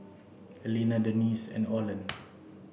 Elena Denisse and Oland